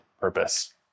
purpose